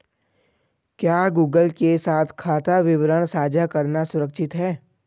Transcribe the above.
क्या गूगल के साथ खाता विवरण साझा करना सुरक्षित है?